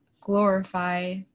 glorify